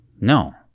No